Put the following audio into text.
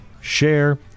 share